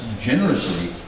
generously